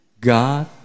God